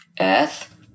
earth